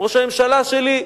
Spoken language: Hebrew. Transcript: ראש הממשלה שלי,